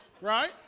Right